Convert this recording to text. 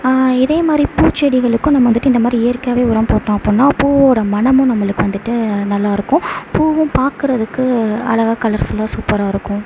இதே மாதிரி பூச்செடிகளுக்கும் நம்ம வந்துவிட்டு இந்த மாதிரி இயற்கையாகவே உரம் போட்டோம் அப்புடின்னா பூவோட மனமும் நம்மளுக்கு வந்துவிட்டு நல்லா இருக்கும் பூவும் பார்க்குறதுக்கு அழகாக கலர்ஃபுல்லாக சூப்பராக இருக்கும்